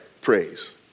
praise